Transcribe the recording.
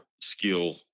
skill